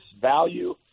value